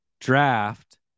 Draft